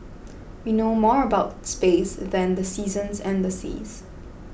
we know more about space than the seasons and the seas